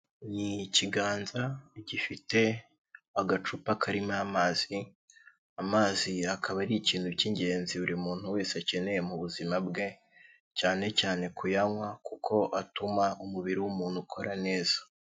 Ni ikiganza gifite agacupa karimo amazi, amazi akaba ari ikintu cy'ingenzi buri muntu wese akeneye mu buzima bwe, cyane cyane kuyanywa, kuko atuma umubiri w'umuntu ukora neza.